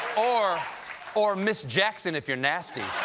or or ms. jackson, if you're nasty.